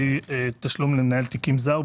שהיא תשלום למנהל תיקים זר,